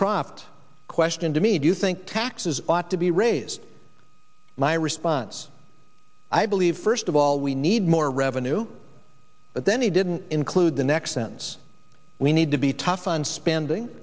cropped question to me do you think taxes ought to be raised my response i believe first of all we need more revenue but then he didn't include the next sentence we need to be tough on spending